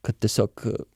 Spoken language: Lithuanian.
kad tiesiog